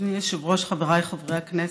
אדוני היושב-ראש, חבריי חברי הכנסת,